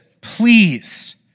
please